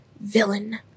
Villain